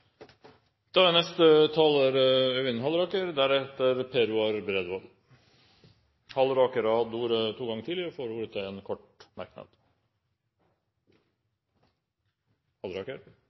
Halleraker har hatt ordet to ganger tidligere og får ordet til en kort merknad,